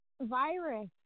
virus